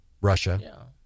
Russia